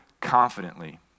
confidently